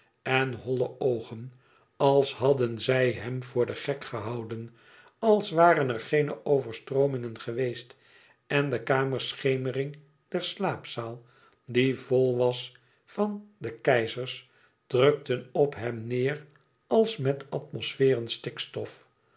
en holle oogen als hadden zij hem voor den gek gehouden als waren er geene overstroomingen geweest en de kamerschemering der slaapzaal die vol was van de keizers drukte op hem neêr als met atmosfeeren stikstof